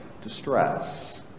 distress